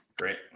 Great